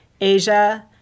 Asia